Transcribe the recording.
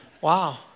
wow